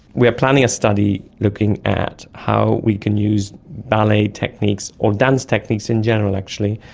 we are planning a study looking at how we can use ballet techniques or dance techniques in general actually,